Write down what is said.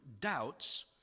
doubts